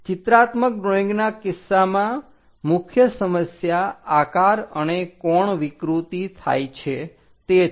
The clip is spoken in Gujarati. ચિત્રાત્મક ડ્રોઈંગના કિસ્સામાં મુખ્ય સમસ્યા આકાર અને કોણ વિકૃતિ થાય છે તે છે